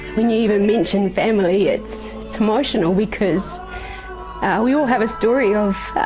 when you even mention family, it's emotional because we all have a story of